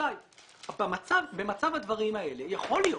רבותיי, במצב הדברים האלה, יכול להיות